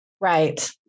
Right